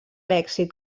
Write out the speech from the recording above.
èxit